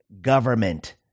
government